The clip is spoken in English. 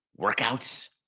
workouts